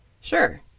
Sure